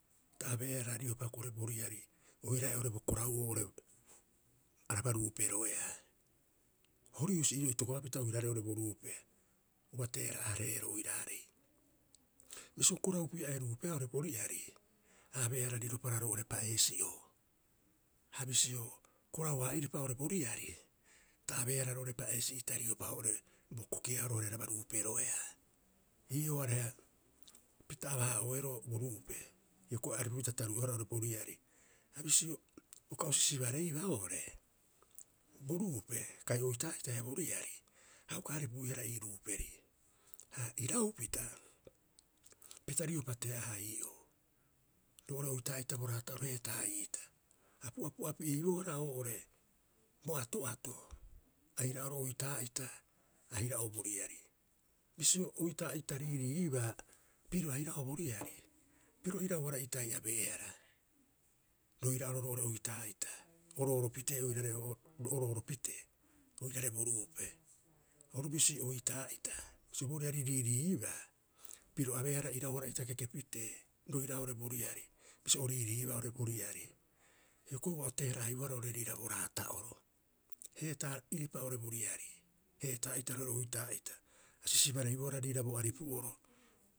Ta abee- hara riopa hioko'i bo riari oiraae bo korau'oo oo'ore araba ruuperoeaa. Hori husi itokopapita ii'oo oiraarei oo'ore bo ruupe, ua teera'a- hareeroo oiraarei. Bisio korau pia'ee ruupeea oo'ore bo riari, a abeehara riropara roo'ore pa'eesi'oo. Ha bisio korau- haa'iripa oo'ore bo riari ta abeehara roo'ore pa'eesi'ita riopa oo'ore bo kokia'oro araba ruuperoeaa. Ii'oo areha, pita aba- haa'oeroo bo ruupe, hioko'i a aripupita taruu'eehara oo'ore boriari. Ha bisio uka o sisibareibaa oo'ore bo ruupe kai oitaa'ita haia bo riari a uka aripuihara ii ruuperi. Ha iraupita pita riopa tea'aha ii'oo, roo'ore oitaa'ita bo raata'oro, heetaa'iita. A pu'apu'a pi'eibohara oo'ore bo ato'ato, aira'oro oitaa'ita, aira'oo bo riari. Bisio oitaa'ita riiriibaa pirio aira'oo bo riari, piro irau- hara'itai abeehara roira'oro roo'ore oitaa'ita orooro pitee orooro pitee oirare bo ruupe. Oru bisi oitaa'ita, bisio bo riari riiriibaa piro abeehara irau- hara'ita kekepitee roira'oo oo'ore bo roiari, bisio o riiriiiba oo'ore bo riari. Hioko'i ua o teera'aibohara oo'ore riira bo raata'oro. Heetaa'iripa oo'ore bo riari, heetaa'iita roo'ore oitaa'ita. A sisibareibohara riira bo aripu'oro.